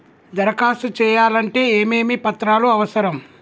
దరఖాస్తు చేయాలంటే ఏమేమి పత్రాలు అవసరం?